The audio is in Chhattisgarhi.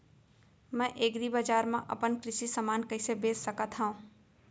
मैं एग्रीबजार मा अपन कृषि समान कइसे बेच सकत हव?